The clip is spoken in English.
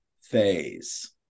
phase